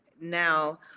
now